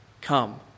come